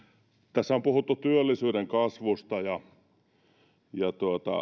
tässä on puhuttu työllisyyden kasvusta